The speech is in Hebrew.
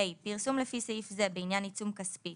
פרסום לי לפי סעיף זה בעניין עיצום כספי